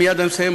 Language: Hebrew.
מייד אני מסיים,